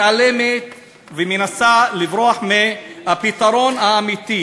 מתעלמת ומנסה לברוח מהפתרון האמיתי.